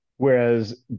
Whereas